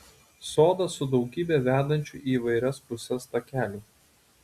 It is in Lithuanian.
sodas su daugybe vedančių į įvairias puses takelių